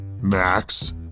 max